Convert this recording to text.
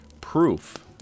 proof